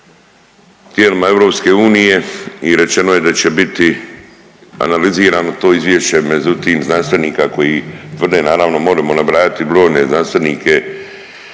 tijelima EU i rečeno je da će biti analizirano to izvješće, međutim, znanstvenika koji tvrde naravno, moremo nabrajati brojne znanstvenike